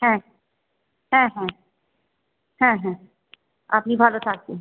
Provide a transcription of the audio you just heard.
হ্যাঁ হ্যাঁ হ্যাঁ হ্যাঁ হ্যাঁ আপনি ভালো থাকুন